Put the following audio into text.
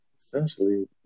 Essentially